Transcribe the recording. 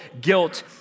guilt